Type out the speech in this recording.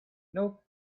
nope